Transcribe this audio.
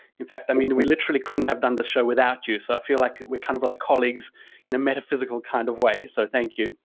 in fact, i mean, we literally couldn't have done the show without you. so i feel like we're kind of like colleagues in a metaphysical kind of way. so thank you.